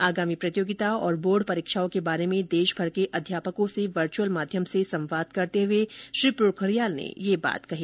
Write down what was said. आगामी प्रतियोगिता और बोर्ड परीक्षाओं के बारे में देशभर के अध्यापकों से वर्चुअल माध्यम से संवाद करते हुए श्री पोखरियाल ने यह बात कही